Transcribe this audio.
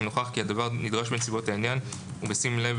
אם נוכח כי הדבר נדרש בנסיבות העניין ובשים לב,